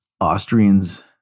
Austrians